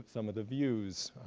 some of the views,